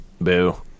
Boo